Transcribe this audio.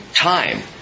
time